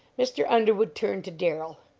mr. underwood turned to darrell.